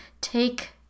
take